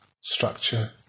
structure